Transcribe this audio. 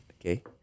Okay